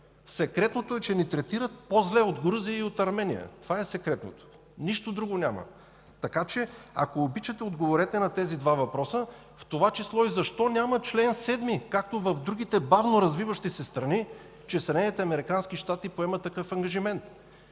Секретното е, че ни третират по-зле от Грузия и от Армения. Това е секретното! Нищо друго няма. Ако обичате, отговорете на тези два въпроса, в това число и защо няма чл. 7, както в другите бавноразвиващи се страни, че Съединените американски